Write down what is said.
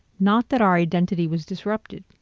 not that our identity was disrupted.